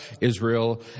Israel